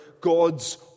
God's